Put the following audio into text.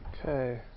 Okay